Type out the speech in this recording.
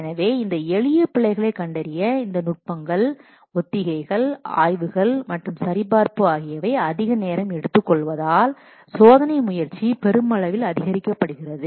எனவே இந்த எளிய பிழைகள் கண்டறிய இந்த நுட்பங்கள் ஒத்திகைகள் ஆய்வுகள் மற்றும் சரிபார்ப்பு ஆகியவை அதிக நேரம் எடுத்துக்கொள்வதால் சோதனை முயற்சி பெருமளவில் அதிகரிக்கப்படுகிறது